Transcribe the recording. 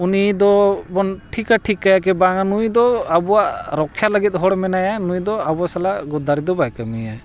ᱩᱱᱤ ᱫᱚᱵᱚᱱ ᱴᱷᱤᱠᱼᱟ ᱴᱷᱤᱠᱟᱹᱭ ᱠᱤ ᱵᱟᱝᱼᱟ ᱱᱩᱭᱫᱚ ᱟᱵᱚᱣᱟᱜ ᱨᱚᱠᱷᱟ ᱞᱟᱹᱜᱤᱫ ᱦᱚᱲ ᱢᱮᱱᱟᱭᱟ ᱱᱩᱭᱫᱚ ᱟᱵᱚ ᱥᱟᱞᱟᱜ ᱜᱚᱫᱽᱫᱟᱨᱤ ᱫᱚ ᱵᱟᱭ ᱠᱟᱹᱢᱤᱭᱟᱭ